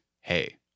hey